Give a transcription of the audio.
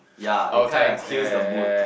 ya it kinda kills the mood